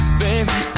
baby